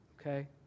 okay